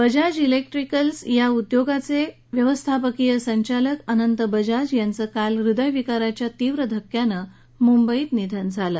Bajaj electricals कंपनीचे व्यवस्थापकीय संचालक अनंत बजाज यांचं काल हृदयविकाराच्या तीव्र झटक्यानं मुंबईत निधन झालं